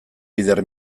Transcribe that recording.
bider